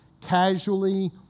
casually